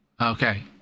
Okay